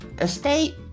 estate